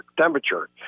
temperature